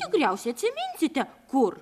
tikriausiai atsiminsite kur